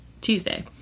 Tuesday